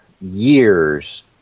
years